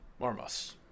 Marmos